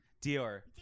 Dior